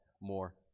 more